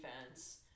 defense